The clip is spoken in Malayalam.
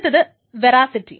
അടുത്തത് വെറാസിറ്റി